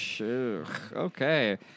Okay